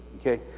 okay